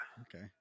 Okay